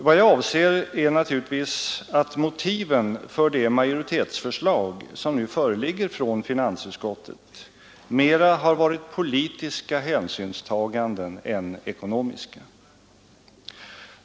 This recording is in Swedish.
Vad jag avser är naturligtvis att motiven för det majoritetsförslag som nu föreligger från finansutskottet mera har varit politiska hänsynstaganden än ekonomiska.